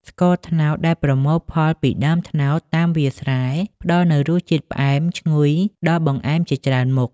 ស្ករត្នោត ដែលប្រមូលផលពីដើមត្នោតតាមវាលស្រែ ផ្តល់នូវរសជាតិផ្អែមឈ្ងុយដល់បង្អែមជាច្រើនមុខ។